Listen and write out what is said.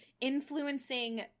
influencing